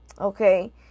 Okay